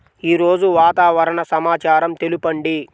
ఈరోజు వాతావరణ సమాచారం తెలుపండి